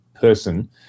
person